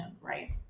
right